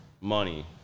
money